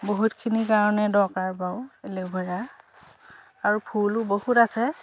বহুতখিনিৰ কাৰণে দৰকাৰ বাৰু এল'ভেৰা আৰু ফুলো বহুত আছে